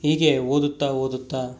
ಹೀಗೆ ಓದುತ್ತಾ ಓದುತ್ತಾ